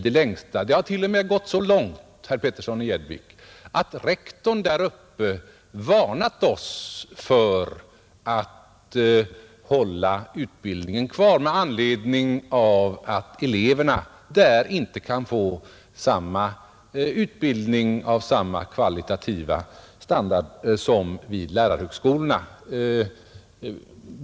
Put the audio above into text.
Det har t.o.m. gått så långt, herr Petersson, att rektorn vid seminariet har varnat oss för att fortsätta med utbildningsverksamheten, eftersom eleverna där inte kan få en utbildning av samma kvalitativa standard som vid lärarhögskolorna.